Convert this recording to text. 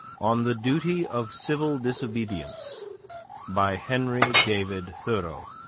on the duty of civil disobedience by henry david thoreau